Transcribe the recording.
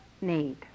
need